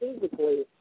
physically